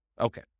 Okay